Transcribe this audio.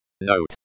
Note